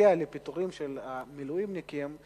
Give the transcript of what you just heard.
שנוגע לפיטורים של המילואימניקים,